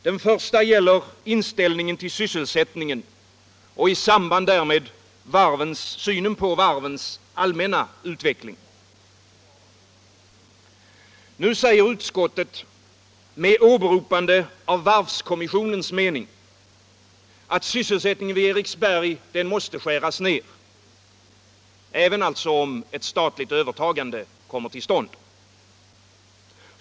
Den första frågan gäller inställningen till sysselsättningen och i samband därmed synen på varvens allmänna utveckling. Nu säger utskottet, med åberopande av varvskommissionens mening, att sysselsättningen vid Eriksberg måste skäras ner — även om ett statligt övertagande kommer till stånd.